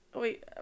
Wait